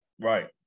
right